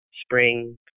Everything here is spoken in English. spring